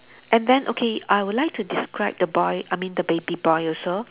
and then okay I would like to describe the boy I mean the baby boy also